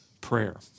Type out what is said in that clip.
prayer